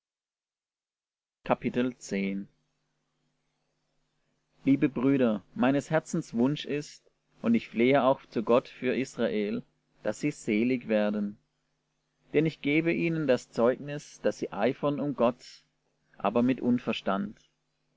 liebe brüder meines herzens wunsch ist und ich flehe auch zu gott für israel daß sie selig werden denn ich gebe ihnen das zeugnis daß sie eifern um gott aber mit unverstand